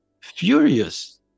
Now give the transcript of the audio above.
furious